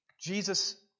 Jesus